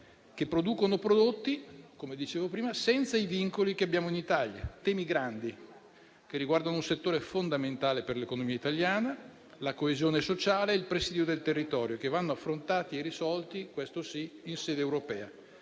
che producono prodotti - come dicevo prima - senza i vincoli che abbiamo in Italia. Sono temi grandi che riguardano un settore fondamentale per l'economia italiana, la coesione sociale e il presidio del territorio che vanno affrontati e risolti, questo sì, in sede europea.